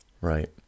right